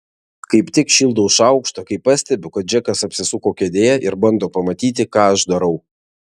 kaip tik šildau šaukštą kai pastebiu kad džekas apsisuko kėdėje ir bando pamatyti ką aš darau